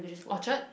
Orchard